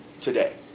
today